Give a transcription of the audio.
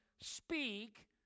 speak